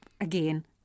again